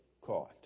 caught